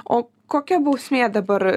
o kokia bausmė dabar